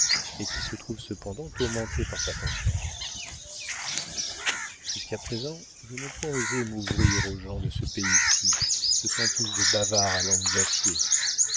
et qui se trouve cependant tourmentée par sa conscience jusqu'à présent je n'ai point osé m'ouvrir aux gens de ce pays-ci ce sont tous des bavards à langue d'acier